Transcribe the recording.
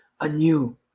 anew